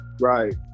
Right